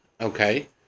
okay